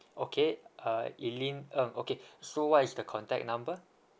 okay uh elaine um okay so what is the contact number